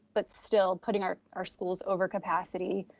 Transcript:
but still putting our our schools over capacity,